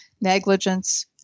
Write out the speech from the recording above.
negligence